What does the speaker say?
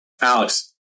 Alex